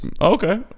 okay